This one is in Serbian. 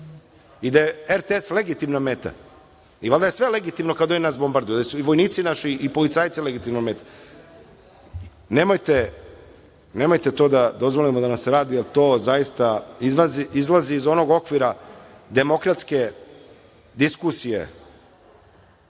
i da je RTS legitimna meta i valjda je sve legitimno kada oni nas bombarduju. Da li su i vojnici i policajci legitimna meta? Nemojte to da dozvolimo da nam se radi, jer to zaista izlazi iz onog okvira demokratske diskusije